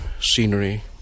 scenery